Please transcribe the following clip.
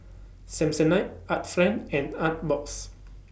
Samsonite Art Friend and Artbox